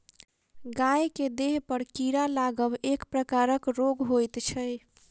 गाय के देहपर कीड़ा लागब एक प्रकारक रोग होइत छै